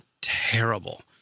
terrible